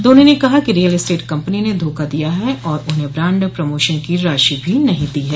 धोनी ने कहा कि रीयल एस्टेट कंपनो ने धोखा दिया है और उन्हें ब्रांड प्रमोशन की राशि भी नहीं दी है